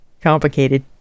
COMPLICATED